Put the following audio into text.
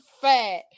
Fat